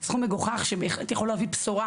זה באמת סכום מגוחך שבהחלט יכול להביא בשורה